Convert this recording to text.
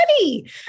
money